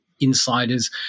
insiders